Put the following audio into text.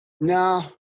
No